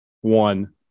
one